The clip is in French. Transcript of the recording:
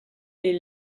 est